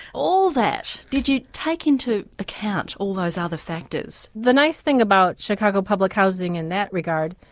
all that did you take into account all those other factors? the nice thing about chicago public housing in that regard,